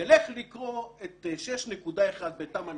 ילך לקרוא את 6.1 בתמ"א,